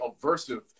aversive